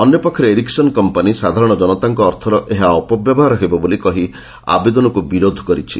ଅନ୍ୟପକ୍ଷରେ Ericsson company ସାଧାରଣ ଜନତାଙ୍କ ଅର୍ଥର ଏହା ଅପବ୍ୟବହାର ହେବ ବୋଲି କହି ଆବେଦନକୁ ବିରୋଧ କରିଛି